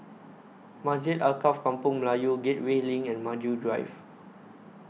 Masjid Alkaff Kampung Melayu Gateway LINK and Maju Drive